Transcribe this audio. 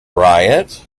riot